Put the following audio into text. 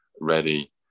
ready